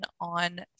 on